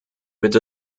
wird